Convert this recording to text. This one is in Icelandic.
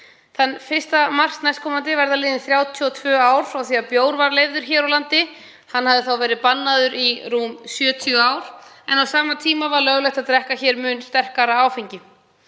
Þann 1. mars nk. verða liðin 32 ár frá því að bjór var leyfður hér á landi. Hann hafði þá verið bannaður í rúm 70 ár en á sama tíma var löglegt að drekka hér mun sterkara áfengi.